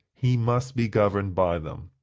he must be governed by them.